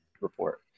report